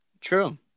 True